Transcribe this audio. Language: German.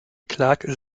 clarke